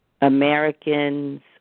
Americans